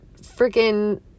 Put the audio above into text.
freaking